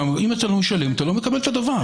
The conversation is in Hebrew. אם אתה לא משלם אתה לא מקבל את הדבר.